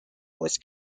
was